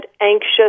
anxious